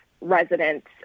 residents